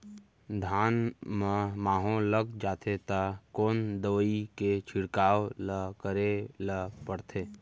धान म माहो लग जाथे त कोन दवई के छिड़काव ल करे ल पड़थे?